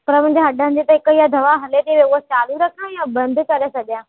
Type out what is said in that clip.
पर मुंहिंजे हॾनि जी त हिकु हीउ दवा हले थी त उहा चालू रखा या बंदि करे छॾिया